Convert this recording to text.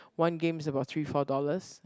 one game is about three four dollars